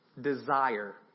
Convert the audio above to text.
desire